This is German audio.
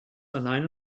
alleine